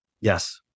Yes